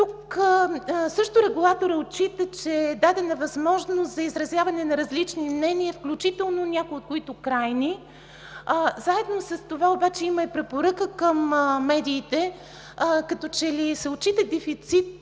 Тук също регулаторът отчита, че е дадена възможност за изразяване на различни мнения, включително някои от които – крайни. Заедно с това обаче има и препоръка към медиите. Като че ли се отчита дефицит